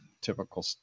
typical